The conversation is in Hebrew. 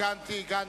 הגנתי, הגנתי.